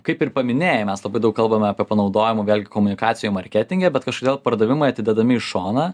kaip ir paminėjai mes labai daug kalbame apie panaudojimo vėlgi komunikacijoj marketinge bet kažkodėl pardavimai atidedami į šoną